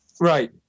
Right